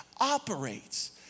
operates